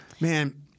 Man